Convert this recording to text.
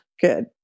good